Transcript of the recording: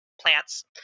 plants